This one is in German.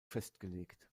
festgelegt